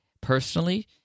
personally